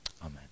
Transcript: Amen